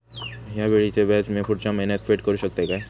हया वेळीचे व्याज मी पुढच्या महिन्यात फेड करू शकतय काय?